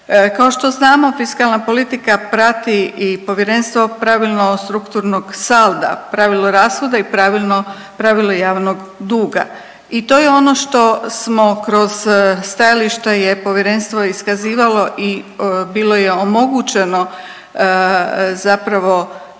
Kao što znamo fiskalna politika prati i povjerenstvo pravilno strukturnog salda, pravilo rashoda i pravilo javnog duga i to je ono što smo kroz stajališta je povjerenstvo iskazivalo i bilo je omogućeno zapravo